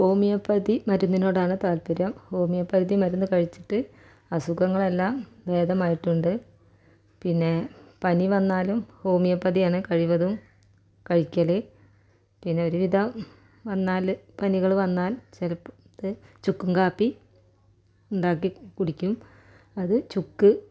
homeopathy മരുന്നിനോടാണ് താൽപ്പര്യം homeopathy മരുന്ന് കഴിച്ചിട്ട് അസുഖങ്ങളെല്ലാം ഭേദമായിട്ടുണ്ട് പിന്നെ പനി വന്നാലും ഹോമിയോപ്പതിയാണ് കഴിവതും കഴിക്കല് പിന്നെ ഒരുവിധം വന്നാല് പനികള് വന്നാൽ ചിലപ്പോള് ചുക്കും കാപ്പി ഉണ്ടാക്കി കുടിക്കും അത് ചുക്ക്